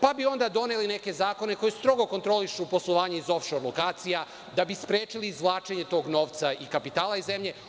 Pa bi onda doneli neke zakone koje strogo kontrolišu poslovanje iz of šor lokacija, da bi sprečili izvlačenje tog novca i kapitala iz zemlje.